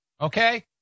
Okay